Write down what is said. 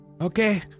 Okay